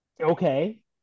Okay